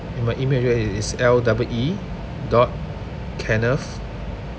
and my email address is L double E dot kenneth